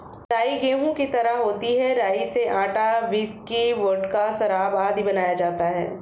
राई गेहूं की तरह होती है राई से आटा, व्हिस्की, वोडका, शराब आदि बनाया जाता है